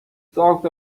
thought